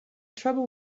trouble